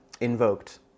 invoked